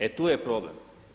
E tu je problem.